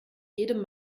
jedem